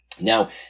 Now